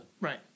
right